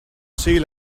sea